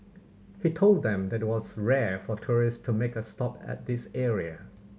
he told them that it was rare for tourists to make a stop at this area